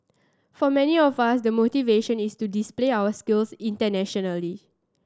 for many of us the motivation is to display our skills internationally